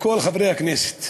לכל חברי הכנסת,